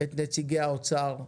את נציגי משרד האוצר והממשלה.